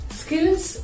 skills